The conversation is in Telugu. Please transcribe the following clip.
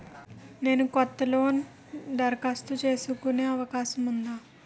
నేను కొత్త లోన్ దరఖాస్తు చేసుకునే అవకాశం ఉందా?